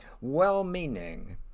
well-meaning